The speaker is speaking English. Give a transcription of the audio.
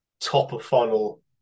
top-of-funnel